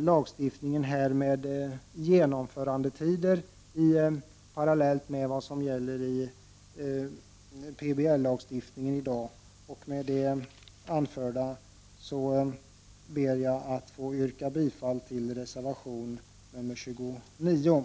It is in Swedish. lagen med bestämmelser om genomförandetider parallellt med vad som gäller enligt PBL i dag. Med det anförda ber jag att få yrka bifall till reservation 29.